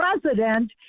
president